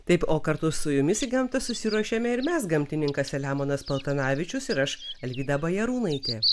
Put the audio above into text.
taip o kartu su jumis į gamtą susiruošėme ir mes gamtininkas selemonas paltanavičius ir aš alvyda bajarūnaitė